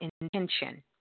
intention